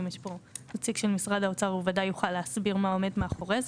אם יש פה נציג של משרד האוצר הוא בוודאי יוכל להסביר מה עומד מאחורי זה.